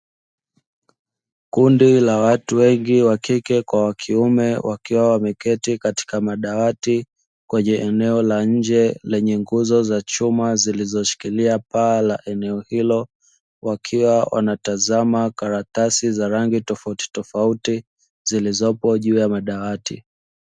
Kundi la watu wengi wa kike kwa wa kiume wakiwa wameketi katika madawati kwenye eneo la nje lenye nguzo za chuma zilizoshikilia paa la eneo hilo wakiwa wanatazama karatasi za rangi tofauti tofauti zilizopo juu ya madawati.